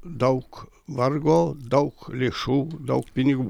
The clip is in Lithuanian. daug vargo daug lėšų daug pinigų